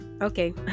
okay